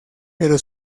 pero